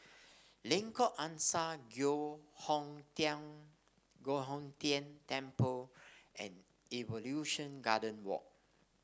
Lengkok Angsa Giok Hong Tian Giok Hong Tian Temple and Evolution Garden Walk